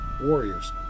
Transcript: warriors